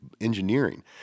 engineering